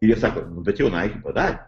jie sako bet jau naiki padarė